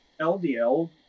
LDL